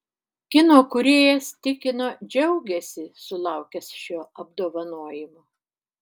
kino kūrėjas tikino džiaugiasi sulaukęs šio apdovanojimo